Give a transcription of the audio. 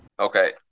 Okay